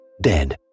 dead